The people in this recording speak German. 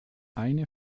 eine